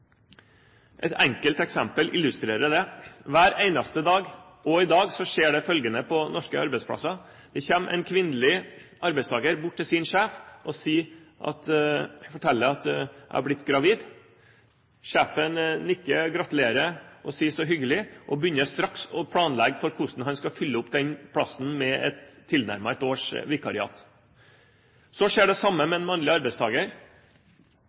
Et enkelt eksempel illustrerer det. Hver eneste dag, også i dag, skjer følgende på norske arbeidsplasser: Det kommer en kvinnelig arbeidstaker bort til sin sjef og forteller at hun er blitt gravid. Sjefen nikker, gratulerer, sier så hyggelig og begynner straks å planlegge hvordan han skal fylle opp den plassen med et tilnærmet års vikariat. Så skjer det samme med en mannlig arbeidstaker.